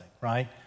right